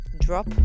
drop